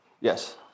Yes